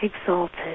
exalted